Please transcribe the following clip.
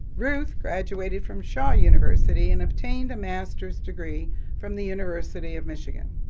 ruth graduated from shaw university and obtained a master's degree from the university of michigan.